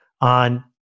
on